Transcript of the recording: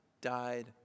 died